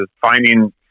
finding